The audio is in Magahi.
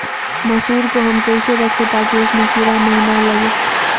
मसूर को हम कैसे रखे ताकि उसमे कीड़ा महिना लगे?